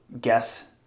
guess